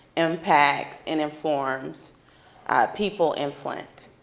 impacts, and informs people in flint.